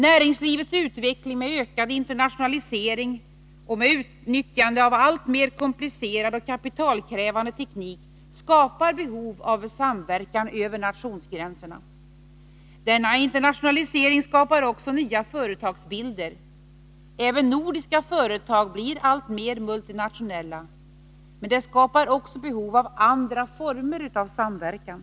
Näringslivets utveckling med ökad internationalisering och med utnyttjande av alltmer komplicerad och kapitalkrävande teknik skapar behov av samverkan över nationsgränserna. Denna internationalisering skapar också nya företagsbilder — även nordiska företag blir alltmer multinationella — men det skapar också behov av andra former av samverkan.